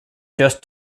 just